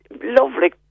lovely